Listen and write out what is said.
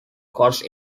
costs